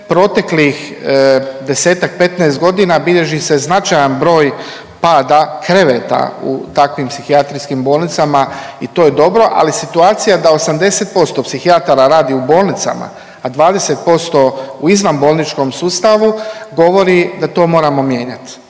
Proteklih desetak, petnaest godina bilježi se značajan broj pada kreveta u takvim psihijatrijskim bolnicama i to je dobro, ali situacija da 80% psihijatara radi u bolnicama, a 20% u izvanbolničkom sustavu govori da to moramo mijenjati.